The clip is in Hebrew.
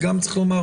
וגם צריך לומר